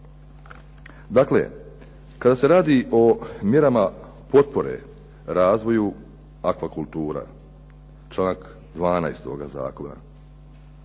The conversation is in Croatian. Dakle, kada se radi o mjerama potpore razvoju aqua kultura, članak 12. ovoga